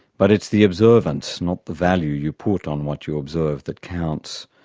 but it's the observance, not the value you put on what you observe, that counts.